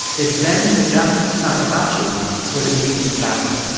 it blends the japanese shakuhachi with a galician bagpipe.